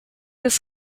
was